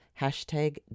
hashtag